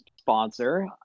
sponsor